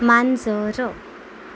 मांजर